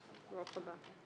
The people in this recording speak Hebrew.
ואם אני שולח לו מכתב